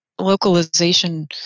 localization